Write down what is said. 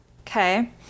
Okay